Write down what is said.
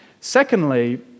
Secondly